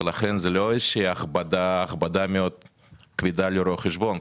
לכן זה לא איזו שהיא הכבדה מאוד כבדה על רואי חשבון.